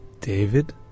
David